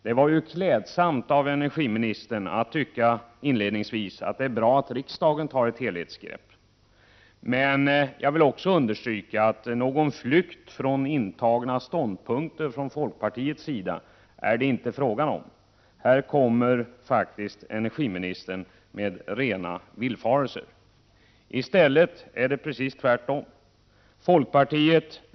Det var klädsamt av energiministern att inledningsvis säga att det är bra att riksdagen tar ett helhetsgrepp. Men jag vill understryka att det inte är fråga om någon flykt från intagna ståndpunkter från folkpartiets sida. På den punkten kommer faktiskt energiministern med rena villfarelser. I stället är det precis tvärtom.